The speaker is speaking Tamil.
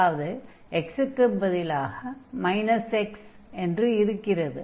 அதாவது x க்குப் பதிலாக மைனஸ் x என்று இருக்கிறது